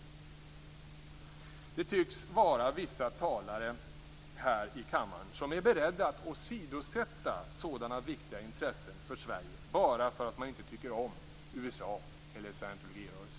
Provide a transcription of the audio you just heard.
Det tycks vara vissa talare i kammaren som är beredda att åsidosätta sådana viktiga intressen för Sverige bara för att de inte tycker om USA eller scientologirörelsen.